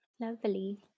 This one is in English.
Lovely